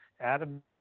Adam